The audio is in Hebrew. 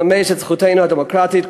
לממש את זכותנו הדמוקרטית,